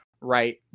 right